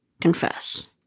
Confess